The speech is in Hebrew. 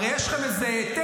הרי יש לכם איזה טבע,